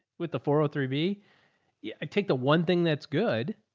with the four oh three b yeah like take the one thing that's good.